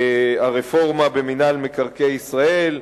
הרפורמה במינהל מקרקעי ישראל,